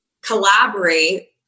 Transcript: collaborate